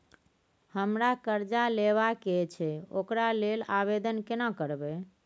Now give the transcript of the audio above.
हमरा कर्जा लेबा के छै ओकरा लेल आवेदन केना करबै?